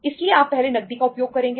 इसलिए आप पहले नकदी का उपयोग करेंगे